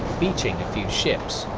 beaching a few ships.